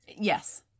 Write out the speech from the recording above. Yes